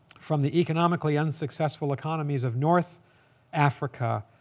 from the economically unsuccessful economies of north africa,